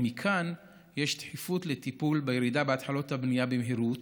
ומכאן שיש דחיפות בטיפול בירידה בהתחלות הבנייה במהירות,